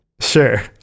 Sure